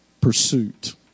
pursuit